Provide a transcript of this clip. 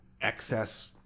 excess